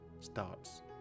starts